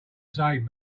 save